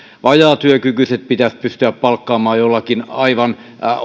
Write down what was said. vajaatyökykyiset pitäisi pystyä palkkaamaan jollakin aivan